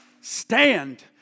Stand